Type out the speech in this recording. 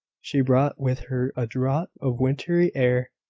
she brought with her a draught of wintry air,